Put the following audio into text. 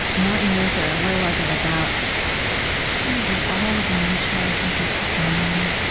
martin luther where was it? about something about all of nature has its sound.